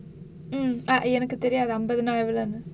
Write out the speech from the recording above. mm ah எனக்கு தெரியாது அம்பதுனா எவ்வளவுனு:enakku theriyaathu ambathunaa evvalavunnu